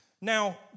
Now